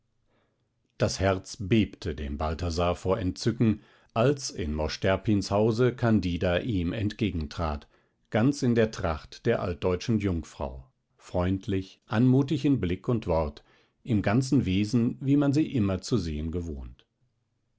das herz bebte dem balthasar vor entzücken als in mosch terpins hause candida ihm entgegentrat ganz in der tracht der altdeutschen jungfrau freundlich anmutig in blick und wort im ganzen wesen wie man sie immer zu sehen gewohnt